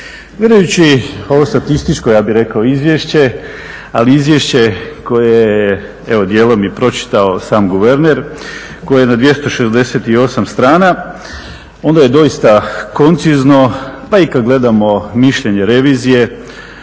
Gledajući ovo statističko ja bih rekao izvješće, ali i izvješće koje je evo dijelom i pročitao sam guverner koje je na 268 strana, onda je doista koncizno pa i kada gledamo mišljenje revizije,